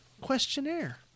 questionnaire